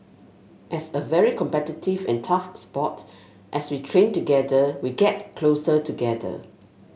as a very competitive and tough sport as we train together we get closer together